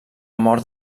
mort